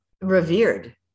Revered